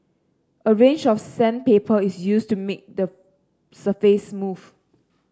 a range of sandpaper is used to make the surface smooth